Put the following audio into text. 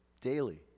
daily